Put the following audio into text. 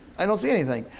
i don't see anything.